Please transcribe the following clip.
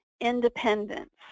Independence